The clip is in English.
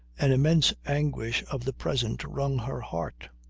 an immense anguish of the present wrung her heart,